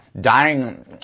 dying